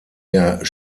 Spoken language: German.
der